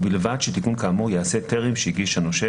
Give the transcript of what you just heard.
ובלבד שתיקון כאמור ייעשה טרם שהגיש הנושה